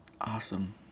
awesome